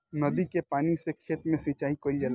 नदी के पानी से खेत के सिंचाई कईल जाला